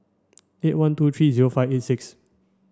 eight one two three zero five eight six